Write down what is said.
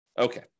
Okay